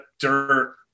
dirt